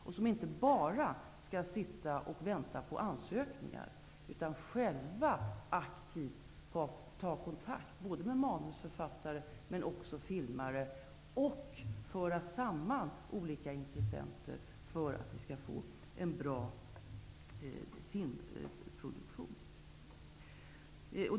De skall inte bara sitta och vänta på ansökningar, utan de skall själva aktivt ta kontakt med manusförfattare och filmare och föra samman olika intressenter för att få en bra filmproduktion.